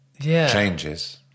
changes